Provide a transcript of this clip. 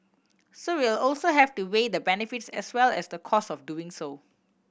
so we'll also have to weigh the benefits as well as the costs of doing so